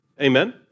Amen